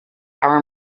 are